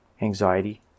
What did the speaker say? anxiety